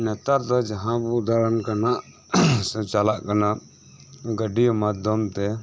ᱱᱮᱛᱟᱨ ᱫᱚ ᱡᱟᱦᱟᱸ ᱵᱚ ᱫᱟᱲᱟᱱ ᱠᱟᱱᱟ ᱥᱮ ᱪᱟᱞᱟᱜ ᱠᱟᱱᱟ ᱜᱟᱹᱰᱤ ᱢᱟᱫᱫᱷᱚᱢ ᱛᱮ